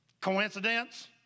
Coincidence